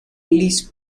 les